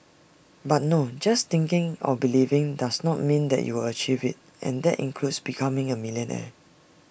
but no just thinking or believing does not mean that you will achieve IT and that includes becoming A millionaire